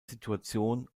situation